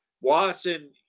Watson